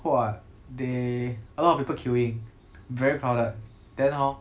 !wah! they a lot of people queuing very crowded then hor